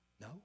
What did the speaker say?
No